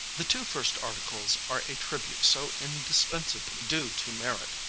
the two first articles are a tribute so indispensably due to merit,